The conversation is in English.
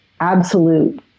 absolute